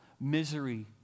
Misery